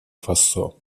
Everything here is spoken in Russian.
фасо